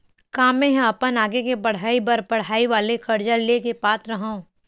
का मेंहा अपन आगे के पढई बर पढई वाले कर्जा ले के पात्र हव?